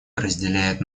разделяет